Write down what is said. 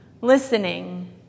listening